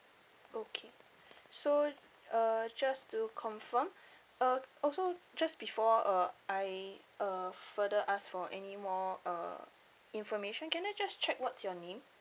okay so uh just to confirm uh also just before uh I uh further ask for any more uh information can I just check what's your name